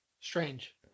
Strange